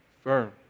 firm